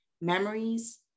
Memories